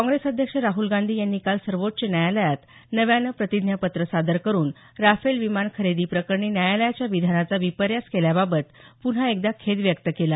काँग्रेस अध्यक्ष राहल गांधी यांनी काल सर्वोच्च न्यायालयात नव्याने प्रतिज्ञापत्र सादर करून राफेल विमान खरेदी प्रकरणी न्यायालयाच्या विधानाचा विपर्यास केल्याबाबत पुन्हा एकदा खेद व्यक्त केला